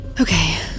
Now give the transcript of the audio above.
Okay